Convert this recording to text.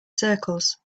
circles